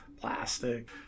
plastic